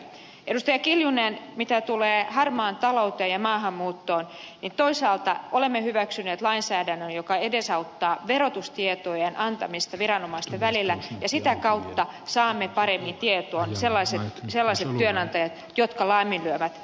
kimmo kiljunen mitä tulee harmaaseen talouteen ja maahanmuuttoon niin toisaalta olemme hyväksyneet lainsäädännön joka edesauttaa verotustietojen antamista viranomaisten välillä ja sitä kautta saamme paremmin tietoon sellaiset työnantajat jotka laiminlyövät tehtäviään